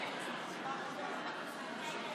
(תיקון מס'